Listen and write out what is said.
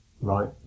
right